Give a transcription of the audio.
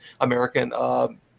American